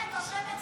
את בקריאה ראשונה.